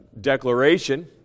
declaration